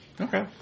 Okay